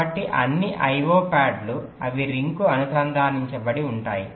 కాబట్టి అన్ని I O ప్యాడ్లు అవి రింగ్కు అనుసంధానించబడి ఉంటాయి